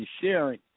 sharing